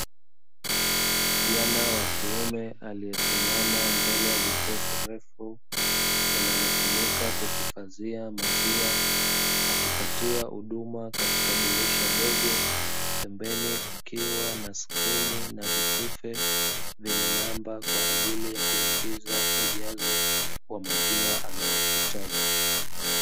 Kijana wa kiume aliyesimama mbele ya jokofu refu linalotumika kuhifadhia maziwa, akipatiwa maziwa katika dirisha dogo, pembeni kukiwa na skrini na vitufe kvyenye namba ajili ya kuingiza namba kwa ajili ya ujazo anaohitaji.